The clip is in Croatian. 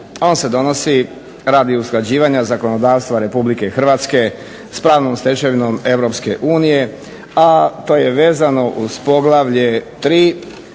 On se donosi radi usklađivanja zakonodavstva Republike Hrvatske s pravnom stečevinom Europske unije, a to je vezano uz poglavlje 3.